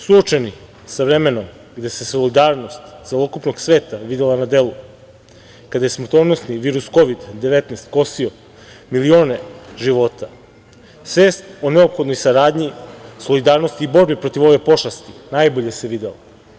Suočeni sa vremenom gde se solidarnost celokupnog sveta videla na delu kada je na smrtonosni virus Kovid -19 kosio milione života, svest o neophodnoj saradnji, solidarnosti i borbi protiv ove pošasti najbolje se videla.